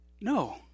No